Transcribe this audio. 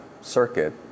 circuit